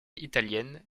italienne